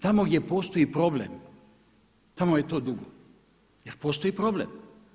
Tamo gdje postoji problem tamo je to dugo, jer postoji problem.